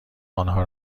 آنها